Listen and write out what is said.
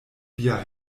via